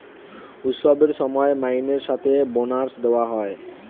উৎসবের সময় মাইনের সাথে বোনাস দেওয়া হয়